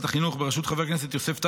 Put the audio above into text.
בוועדת החינוך בראשות חבר הכנסת יוסף טייב,